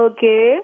Okay